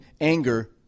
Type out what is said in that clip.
anger